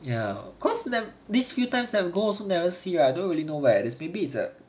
ya cause that this few times we go also never see leh I don't really know leh maybe it's a